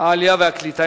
העלייה והקליטה.